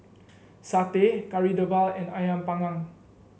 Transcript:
satay Kari Debal and ayam panggang